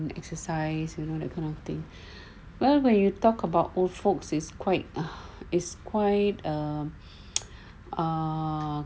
the exercise you know that kind of thing where when you talk about old folks is quite is quite um err